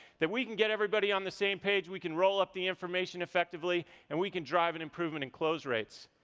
that we can get everybody on the same page. we can roll up the information effectively, and we can drive an improvement in close rates.